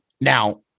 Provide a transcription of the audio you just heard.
Now